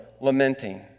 lamenting